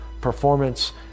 performance